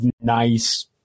nice